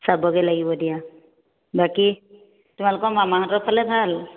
চাবগৈ লাগিব দিয়া বাকী তোমালোক মামাহঁতৰ ফালে ভাল